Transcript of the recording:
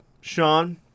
Sean